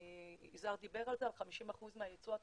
יזהר דיבר על זה,50% מהייצוא התעשייתי,